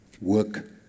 work